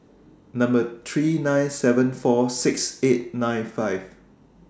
Number three nine seven four six eight nine five